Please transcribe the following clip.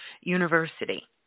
university